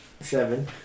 Seven